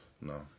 No